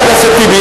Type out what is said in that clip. חבר הכנסת טיבי,